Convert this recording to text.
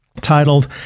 titled